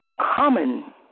common